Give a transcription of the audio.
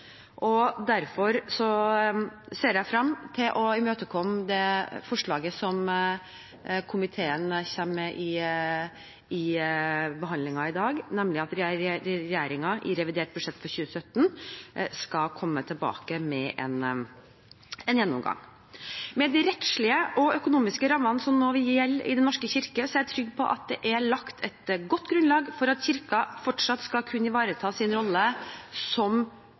og derfor ser jeg frem til å imøtekomme det forslaget som komiteen kommer med ved behandlingen i dag, nemlig at regjeringen i revidert budsjett for 2017 skal komme tilbake med en gjennomgang. Med de rettslige og økonomiske rammene som nå vil gjelde i Den norske kirke, er jeg trygg på at det er lagt et godt grunnlag for at Kirken fortsatt skal kunne ivareta sin rolle som